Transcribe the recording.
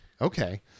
Okay